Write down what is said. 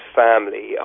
family